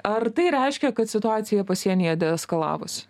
ar tai reiškia kad situacija pasienyje eskalavosi